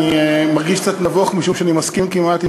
אני מרגיש קצת נבוך משום שאני מסכים כמעט עם